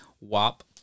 WAP